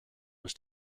was